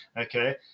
okay